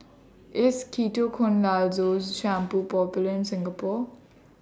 IS Ketoconazole Shampoo Popular in Singapore